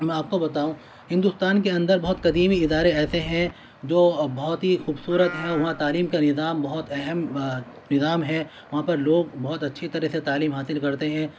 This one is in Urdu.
میں آپ کو بتاؤں ہندوستان کے اندر بہت قدیمی ادارے ایسے ہیں جو بہت ہی خوبصورت ہے وہاں تعلیم کا نظام بہت اہم نظام ہے وہاں پر لوگ بہت اچھی طرح سے تعلیم حاصل کرتے ہیں